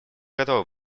готовы